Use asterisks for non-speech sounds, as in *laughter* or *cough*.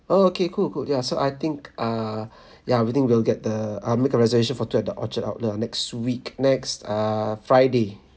okay cool cool ya so I think err *breath* ya I will think we'll get the I'll make a reservation for two adults orchard outlet ah next week next err friday